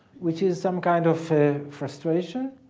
which is some kind of frustration.